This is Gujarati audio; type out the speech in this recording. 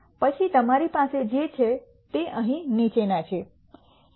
પછી તમારી પાસે જે છે તે અહીં નીચેના છે